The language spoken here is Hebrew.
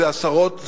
זה עשרות,